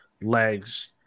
legs